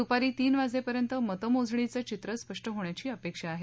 दुपारी तीन वाजेपर्यंत मतमोजणीचं चित्र स्पष्ट होण्याची अपेक्षा आहे